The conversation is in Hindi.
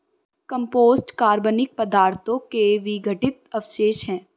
कम्पोस्ट कार्बनिक पदार्थों के विघटित अवशेष हैं